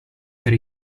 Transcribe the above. per